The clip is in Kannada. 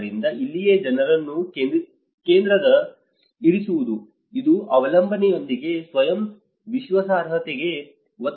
ಆದ್ದರಿಂದ ಇಲ್ಲಿಯೇ ಜನರನ್ನು ಕೇಂದ್ರದಲ್ಲಿ ಇರಿಸುವುದು ಇದು ಅವಲಂಬನೆಯೊಂದಿಗೆ ಸ್ವಯಂ ವಿಶ್ವಾಸಾರ್ಹತೆಗೆ ಒತ್ತು ನೀಡುತ್ತದೆ